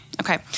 Okay